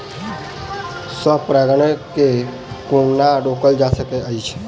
स्व परागण केँ कोना रोकल जा सकैत अछि?